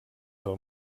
del